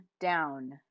down